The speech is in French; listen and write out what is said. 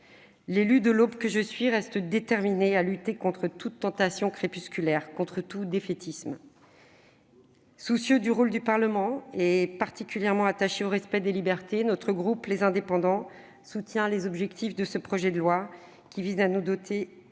L'élue de l'Aube que je suis reste déterminée à lutter contre toute tentation crépusculaire, contre tout défaitisme. Soucieux du rôle du Parlement, et particulièrement attaché au respect des libertés, le groupe Les Indépendants soutient les objectifs de ce projet de loi qui vise à nous doter